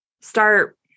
start